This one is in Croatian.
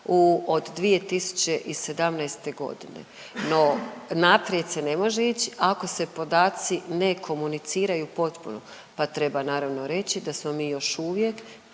od 2017. g. No, naprijed se ne može ići ako se podaci ne komuniciraju potpuno pa treba, naravno, reći da smo mi još uvijek